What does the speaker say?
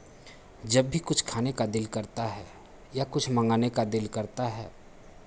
जब भी कुछ खाने का दिल करता है या कुछ मंगाने का दिल करता है